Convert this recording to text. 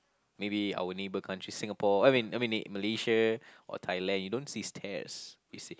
maybe our neighbor countries Singapore I mean I mean in Malaysia or Thailand you don't see stairs we see